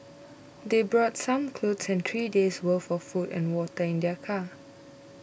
they brought some clothes and three days worth of food and water in their car